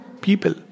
people